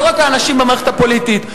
לא רק האנשים במערכת הפוליטית.